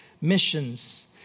Missions